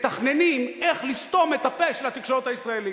מתכננים איך לסתום את הפה של התקשורת הישראלית.